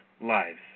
lives